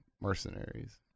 mercenaries